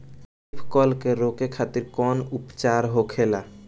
Leaf curl के रोके खातिर कउन उपचार होखेला?